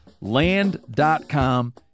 Land.com